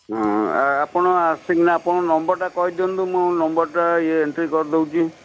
ହଁ ଆପଣ ଆସିକିନା ଆପଣ ନମ୍ବରଟା କହି ଦିଅନ୍ତୁ ମୁଁ ନମ୍ବରଟା ଇଏ ଏଣ୍ଟ୍ରି କରି ଦେଉଛି